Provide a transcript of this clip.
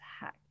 hack